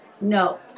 No